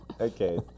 Okay